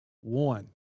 One